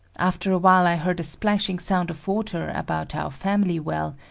after a while i heard a splashing sound of water about our family well,